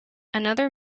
another